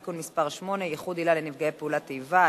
(תיקון מס' 8) (ייחוד עילה לנפגעי פעולות איבה),